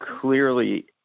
clearly